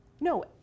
no